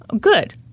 Good